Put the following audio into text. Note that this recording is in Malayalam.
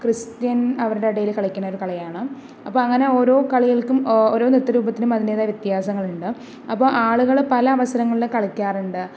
ക്രിസ്ത്യൻ അവരുടെ ഇടയിൽ കളിക്കുന്ന ഒരു കളിയാണ് അപ്പം അങ്ങനെ ഓരോ കളികൾക്കും ഓരോ നൃത്തരൂപത്തിനും അതിൻ്റെതായ വ്യത്യാസങ്ങൾ ഉണ്ട് അപ്പോൾ ആളുകൾ പല അവസരങ്ങളിലും കളിക്കാറുണ്ട്